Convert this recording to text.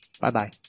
Bye-bye